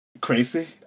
crazy